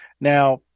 Now